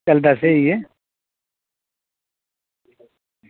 चलदा स्हेई ऐ